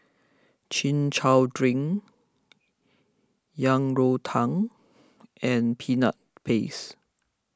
Chin Chow Drink Yang Rou Tang and Peanut Paste